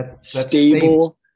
Stable